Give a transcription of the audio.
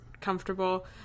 comfortable